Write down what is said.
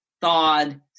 thawed